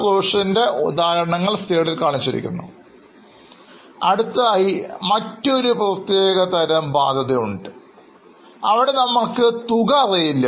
provision എന്ന ആശയം നിങ്ങൾക്ക് വ്യക്തമാണെന്ന് ഞാൻ പ്രതീക്ഷിക്കുന്നു അടുത്തതായി ഒരു പ്രത്യേകതരം ബാധ്യത കൂടിയുണ്ട് അവിടെ നമ്മൾക്ക് തുക അറിയില്ല